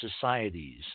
societies